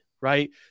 right